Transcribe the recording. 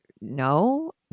No